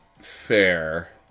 fair